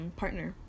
partner